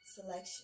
selection